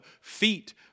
feet